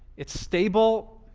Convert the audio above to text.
it's stable,